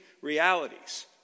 realities